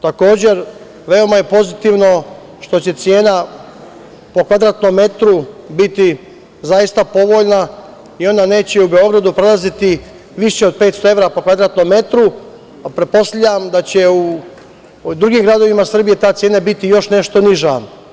Takođe, veoma je pozitivno što će cena po kvadratnom metru biti zaista povoljna i ona neće u Beogradu prelaziti više od 500 evra po kvadratnom metru, a pretpostavljam da će u drugim gradovima Srbije ta cena biti još nešto niža.